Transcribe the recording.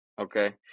okay